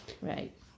right